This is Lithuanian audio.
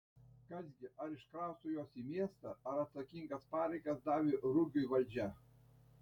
kas gi ar iškrausto juos į miestą ar atsakingas pareigas davė rugiui valdžia